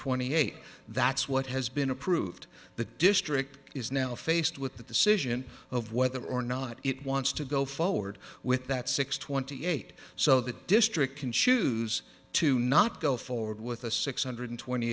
twenty eight that's what has been approved the district is now faced with the decision of whether or not it wants to go forward with that six twenty eight so the district can choose to not go forward with a six hundred twenty